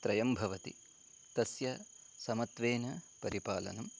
त्रयं भवति तस्य समत्वेन परिपालनं